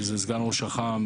שזה סגן ראש אח״מ,